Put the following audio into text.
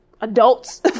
Adults